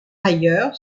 ailleurs